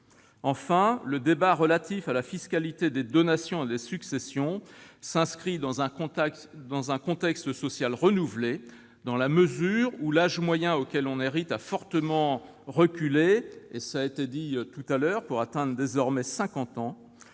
Enfin, le débat relatif à la fiscalité des donations et des successions s'inscrit dans un contexte social renouvelé, dans la mesure où l'âge moyen auquel on hérite a fortement reculé, cela a été rappelé, pour atteindre désormais 50 ans.